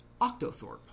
Octothorpe